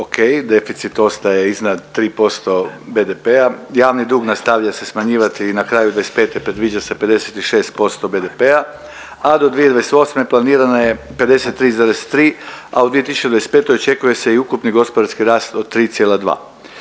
okej, deficit ostaje iznad 3% BDP-a, javni dug nastavlja se smanjivati i na kraju '25. predviđa se 56% BDP-a, a do 2028. planirano je 53,3, a u 2025. očekuje se i ukupni gospodarski rast od 3,2%.